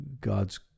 God's